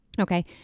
Okay